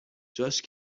جاش